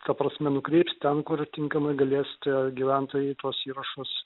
ta prasme nukreips ten kur tinkamai galės tie gyventojai tuos įrašus